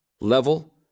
level